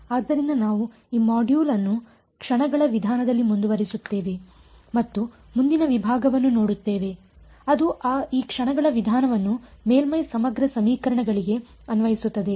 ಆದ್ದರಿಂದ ನಾವು ಈ ಮಾಡ್ಯೂಲ್ ಅನ್ನು ಕ್ಷಣಗಳ ವಿಧಾನದಲ್ಲಿ ಮುಂದುವರಿಸುತ್ತೇವೆ ಮತ್ತು ಮುಂದಿನ ವಿಭಾಗವನ್ನು ನೋಡುತ್ತೇವೆ ಅದು ಈ ಕ್ಷಣಗಳ ವಿಧಾನವನ್ನು ಮೇಲ್ಮೈ ಸಮಗ್ರ ಸಮೀಕರಣಗಳಿಗೆ ಅನ್ವಯಿಸುತ್ತದೆ